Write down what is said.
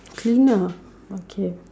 cleaner okay